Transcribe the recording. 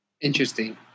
Interesting